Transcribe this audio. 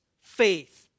faith